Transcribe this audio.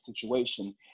situation